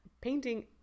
painting